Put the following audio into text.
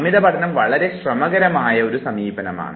അമിത പഠനം വളരെ ശ്രമകരമായ സമീപനമാണ്